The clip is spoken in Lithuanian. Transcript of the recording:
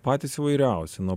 patys įvairiausi nuo